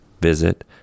Visit